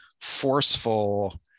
forceful